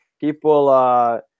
People